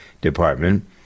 department